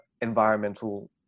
environmental